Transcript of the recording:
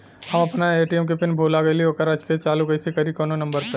हम अपना ए.टी.एम के पिन भूला गईली ओकरा के चालू कइसे करी कौनो नंबर बा?